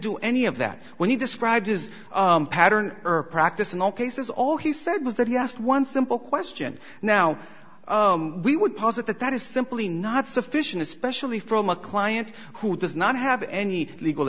do any of that when he described his pattern or practice in all cases all he said was that he asked one simple question now we would posit that that is simply not sufficient especially from a client who does not have any legal